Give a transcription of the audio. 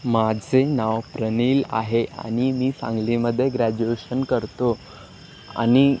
माझे नाव प्रनील आहे आणि मी सांगलीमध्ये ग्रॅज्युएशन करतो आणि